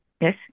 Yes